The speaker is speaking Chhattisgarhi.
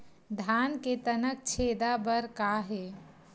धान के तनक छेदा बर का हे?